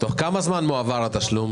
תוך כמה זמן יועבר התשלום?